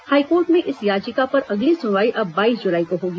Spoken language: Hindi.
हाईकोर्ट में इस याचिका पर अगली सुनवाई अब बाईस जुलाई को होगी